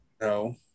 No